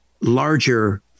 larger